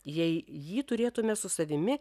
jei jį turėtume su savimi